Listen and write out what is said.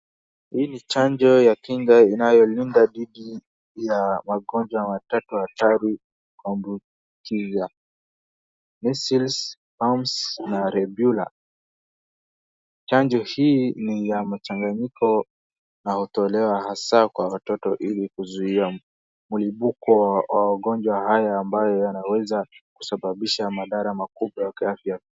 Hii ni chanjo ya kinga inayolinda dhidi ya magonjwa matatu hatari kuambukiza, measles, mumps, rubella chanjo hii ni ya mchanganyiko na hutolewa hasa kwa watoto ili kuzuia mlipuko wa magojwa haya ambayo yanaweza kusababisha madhara makubwa ya kiafya.